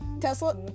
Tesla